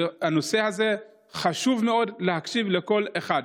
בנושא הזה חשוב מאוד להקשיב לכל אחד.